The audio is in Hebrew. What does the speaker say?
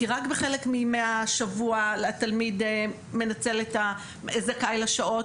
כי רק בחלק מהשבוע התלמיד הזכאי לשעות.